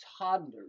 toddlers